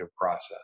process